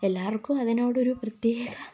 എല്ലാവർക്കും അതിനോടൊരു പ്രത്യേക